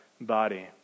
body